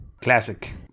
Classic